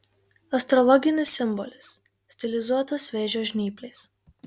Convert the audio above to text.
astrologinis simbolis stilizuotos vėžio žnyplės